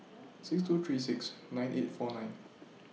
six two three six nine eight four nine